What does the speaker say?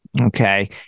Okay